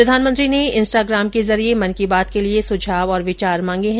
प्रधानमंत्री ने इंस्टाग्राम के जरिये मन की बात के लिए सुझाव और विचार मांगे हैं